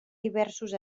diversos